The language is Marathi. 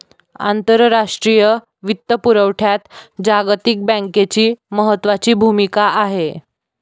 आंतरराष्ट्रीय वित्तपुरवठ्यात जागतिक बँकेची महत्त्वाची भूमिका आहे